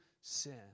sin